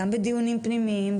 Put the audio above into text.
גם בדיונים פנימיים,